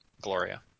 Gloria